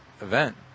event